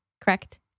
Correct